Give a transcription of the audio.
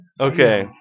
Okay